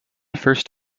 first